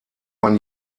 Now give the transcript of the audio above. man